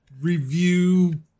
review